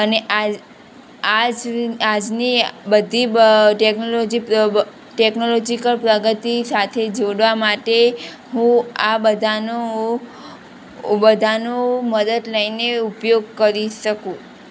અને આજની બધી ટેકનોલોજી ટેક્નોલોજિકલ પ્રગતિ સાથે જોડાવા માટે હું આ બધાનો બધાનો મદદ લઇને ઉપયોગ કરી શકું